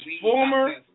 former